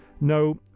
No